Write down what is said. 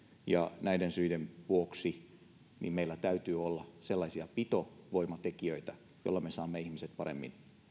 ja näiden syiden vuoksi meillä täytyy olla sellaisia pitovoimatekijöitä joilla me saamme ihmiset paremmin